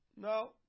No